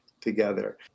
together